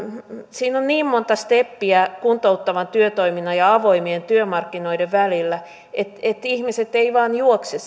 siinä on niin monta steppiä kuntouttavan työtoiminnan ja avoimien työmarkkinoiden välillä että ihmiset eivät vain juokse